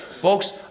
Folks